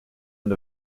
end